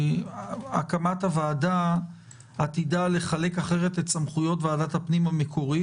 הקמת הוועדה עתידה לחלק אחרת את סמכויות ועדת הפנים המקורית.